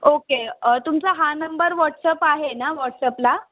okay तुमचा हा number WhatsApp आहे ना व्हाट्सअपला